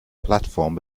platform